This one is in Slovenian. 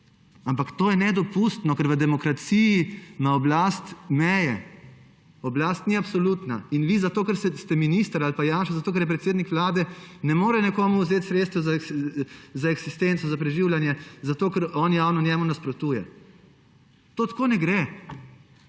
Ampak to je nedopustno, ker v demokraciji ima oblast meje, oblast ni absolutna. In zato, ker ste vi minister, ali pa zato, ker je Janša predsednik Vlade, ne more nekomu vzeti sredstev za eksistenco, za preživljanje, ker on javno njemu nasprotuje. To tako ne gre.